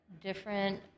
different